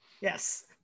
yes